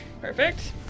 Perfect